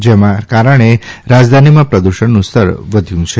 જેના કારણે રાજધાનીમાં પ્રદૂષણનું સ્તર વધ્યું છે